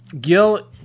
Gil